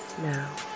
Now